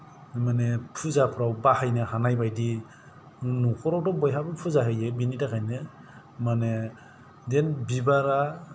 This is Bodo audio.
माने फुजाफ्राव बाहायनो हानाय बायदि न'खरावथ' बयबो फुजा होयो बिनि थाखायनो माने बे बिबारा